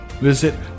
visit